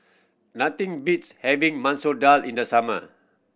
nothing beats having Masoor Dal in the summer